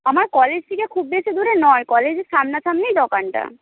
আমার কলেজ থেকে খুব বেশি দূরে নয় কলেজের সামনাসামনিই দোকানটা